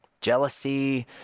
Jealousy